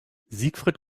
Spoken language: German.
siegfried